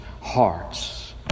hearts